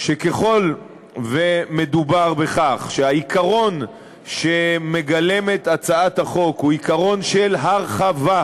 שככל שמדובר בכך שהעיקרון שמגלמת הצעת החוק הוא עיקרון של הרחבה,